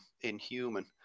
inhuman